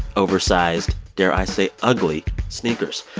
oversized, dare i say, ugly sneakers.